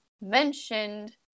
mentioned